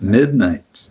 Midnight